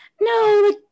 no